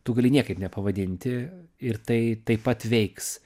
tu gali niekaip nepavadinti ir tai taip pat veiks